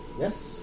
Yes